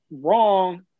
wrong